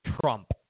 Trump